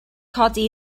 codi